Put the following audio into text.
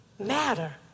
Matter